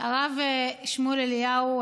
הרב שמואל אליהו,